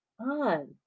on